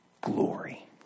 glory